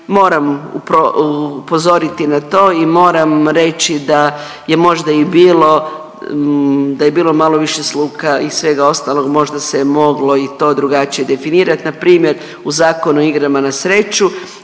moram upozoriti na to i moram reći da je možda i bilo, a je bilo malo više sluha i svega ostaloga možda se je moglo i to drugačije definirati npr. u Zakonu o igrama na sreću